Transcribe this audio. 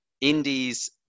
Indies